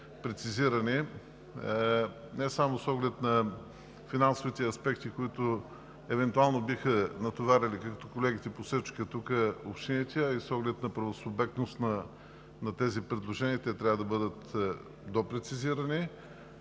не само с оглед на финансовите аспекти, които евентуално биха натоварили, както колегите посочиха тук, общините, а и с оглед на правосубектност на тези предложения те трябва да бъдат допрецизирани.